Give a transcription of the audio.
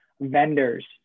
vendors